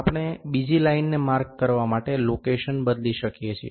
આપણે બીજી લાઈનને માર્ક કરવા માટે લોકેશન બદલી શકીએ છીએ